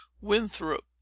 winthrop